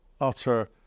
utter